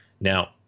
Now